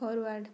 forward